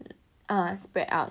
ah are spread out